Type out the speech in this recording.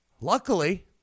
luckily